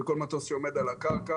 וכל מטוס שעומד על הקרקע